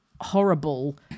horrible